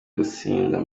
gutsinda